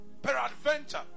peradventure